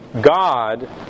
God